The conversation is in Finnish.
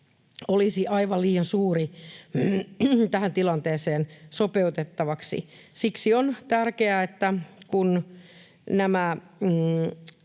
olisi aivan liian suuri tähän tilanteeseen sopeutettavaksi. Siksi on tärkeää, että kun nämä